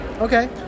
Okay